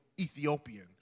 Ethiopian